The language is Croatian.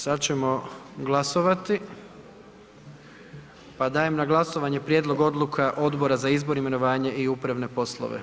Sad ćemo glasovati, pa dajem na glasovanje prijedlog odluka Odbora za izbor, imenovanje i upravne poslove.